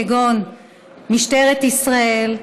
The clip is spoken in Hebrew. כגון משטרת ישראל,